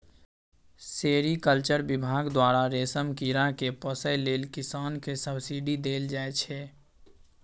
sericulture बिभाग द्वारा रेशम कीरा केँ पोसय लेल किसान केँ सब्सिडी देल जाइ छै